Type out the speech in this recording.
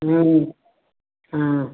हाँ हाँ